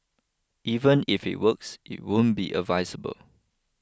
even if it works it won't be advisable